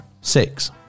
Six